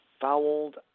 fouled